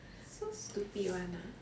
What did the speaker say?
so stupid [one] ah